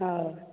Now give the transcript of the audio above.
ହେଉ